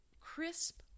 crisp